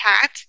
cat